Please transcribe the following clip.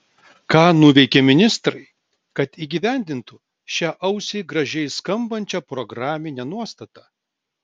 ką nuveikė ministrai kad įgyvendintų šią ausiai gražiai skambančią programinę nuostatą